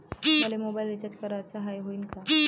मले mobile recharge कराचा हाय, होईनं का?